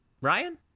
ryan